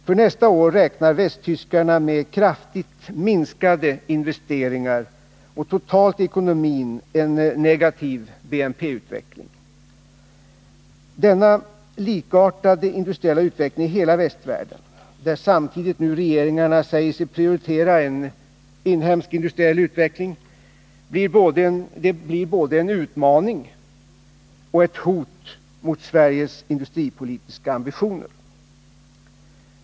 För nästa år räknar västtyskarna med kraftigt minskade investeringar och totalt i ekonomin en negativ BNP-utveckling. Detta likartade industriella förlopp i hela västvärlden, där samtidigt nu regeringarna säger sig prioritera en inhemsk industriell utveckling, blir både en utmaning och ett hot mot Sveriges industripolitiska ambitioner.